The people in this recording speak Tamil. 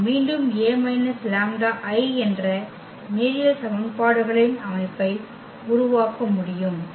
நாம் மீண்டும் A − λI என்ற நேரியல் சமன்பாடுகளின் அமைப்பை உருவாக்க முடியும்